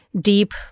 deep